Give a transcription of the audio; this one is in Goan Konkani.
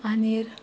पानीर